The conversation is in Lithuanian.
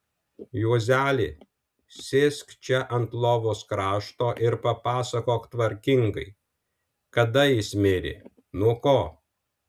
juozeli sėsk čia ant lovos krašto ir papasakok tvarkingai kada jis mirė nuo ko